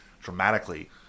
dramatically